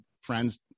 friends